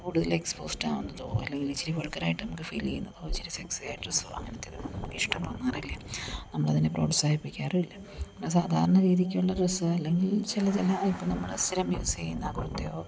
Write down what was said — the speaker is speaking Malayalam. കൂടുതൽ എക്സ്പോസ്ഡ് ആവുന്നതോ അല്ലെങ്കിൽ ഇച്ചിരി വൾഗറായിട്ട് നമുക്ക് ഫീൽ ചെയ്യുന്നതോ ഇച്ചിരി സെക്സിയായ ഡ്രസ്സോ അങ്ങനത്തെത് ഒന്നും നമുക്ക് ഇഷ്ടമാവുന്നതല്ല നമ്മൾ അതിനെ പ്രോത്സാഹിപ്പിക്കാറുമില്ല സാധാരണ രീതിക്കുള്ള ഡ്രസ്സ് അല്ലെങ്കിൽ ചിലത് അല്ല ഇപ്പം നമ്മൾ ഈ സ്ഥിരം യൂസ് ചെയ്യുന്ന കുർത്തയോ